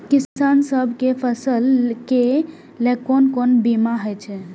किसान सब के फसल के लेल कोन कोन बीमा हे छे?